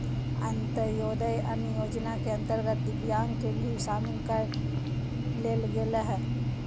अंत्योदय अन्न योजना के अंतर्गत दिव्यांग के भी शामिल कर लेल गेलय हइ